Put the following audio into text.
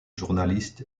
journaliste